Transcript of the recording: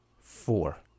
Four